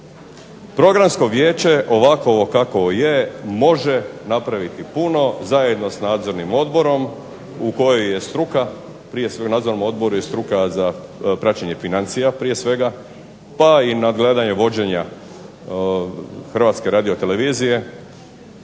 Programsko vijeće HRTV-e ovako kako je može napraviti puno zajedno s nadzornim odborom u kojem je struka, u Nadzornom odboru je struka za praćenje financija prije svega pa i nadgledanje vođenja HRTV-e da može pratiti